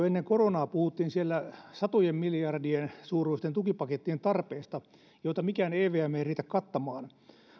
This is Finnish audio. ennen koronaa siellä puhuttiin satojen miljardien suuruisten tukipakettien tarpeista joita mikään evm ei riitä kattamaan